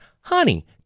honey